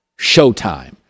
Showtime